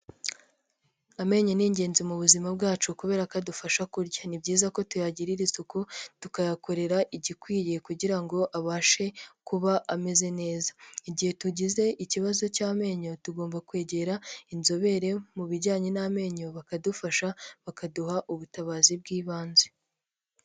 Amenyo ni ingenzi mu buzima bwacu kubera ko adufasha kurya, ni byiza ko tuyagirira isuku, tukayakorera igikwiriye kugira ngo abashe kuba ameze neza, igihe tugize ikibazo cy'amenyo tugomba kwegera inzobere mu bijyanye n'amenyo, bakadufasha, bakaduha ubutabazi bw'ibanze.